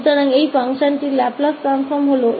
तो हमारे पास 38 है और 𝐿 प्रतिलोम cos3t4है